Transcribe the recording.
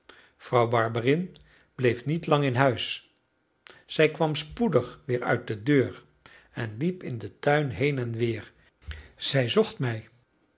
vrouw barberin bleef niet lang in huis zij kwam spoedig weer uit de deur en liep in den tuin heen en weer zij zocht mij